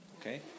okay